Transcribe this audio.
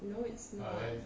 no it's not